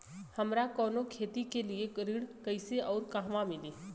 हमरा कवनो खेती के लिये ऋण कइसे अउर कहवा मिली?